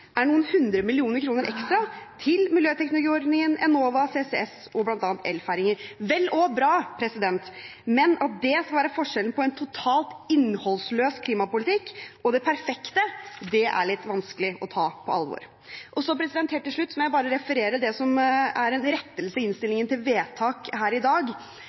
er noen hundre millioner kroner ekstra til miljøteknologiordningen, Enova, CCS og bl.a. elferjer. Det er vel og bra, men at det skal være forskjellen på en totalt innholdsløs klimapolitikk og det perfekte, er litt vanskelig å ta på alvor. Så må jeg bare helt til slutt referere til en rettelse i innstillingen til vedtak her i dag.